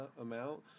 amount